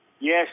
Yes